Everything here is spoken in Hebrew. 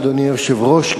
אדוני היושב-ראש,